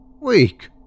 Weak